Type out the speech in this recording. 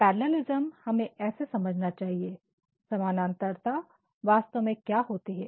parallelism हमें ऐसे समझना चाहिए समानांतरता वास्तव में क्या होती है